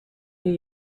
new